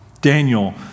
Daniel